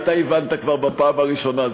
אתה הבנת כבר בפעם הראשונה,